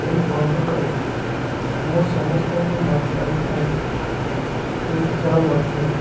ଏହି ବନ୍ଧୁକରେ ମୁଁ ସମସ୍ତଙ୍କୁ ମାରିପାରିଥାଏ ଏହି ଖେଳ ମଧ୍ୟରେ